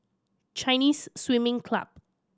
Chinese Swimming Club